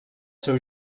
seu